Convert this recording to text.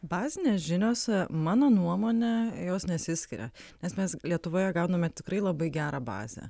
bazinės žinios mano nuomone jos nesiskiria nes mes lietuvoje gauname tikrai labai gerą bazę